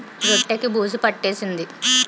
రొట్టె కి బూజు పట్టేసింది